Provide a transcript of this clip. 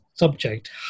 subject